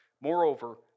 Moreover